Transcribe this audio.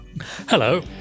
Hello